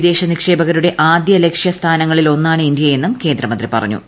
വിദേശ നിക്ഷേപകരുടെ ആദ്യ ലക്ഷ്യ സ്ഥാനങ്ങളിൽ ഒന്നാണ് ഇന്ത്യയെന്നും കേന്ദ്രമന്ത്രി പറഞ്ഞു